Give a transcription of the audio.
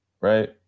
Right